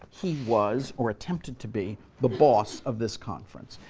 he was, or attempted to be, the boss of this conference.